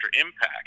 impact